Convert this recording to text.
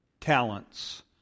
talents